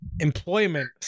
employment